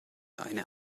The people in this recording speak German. eine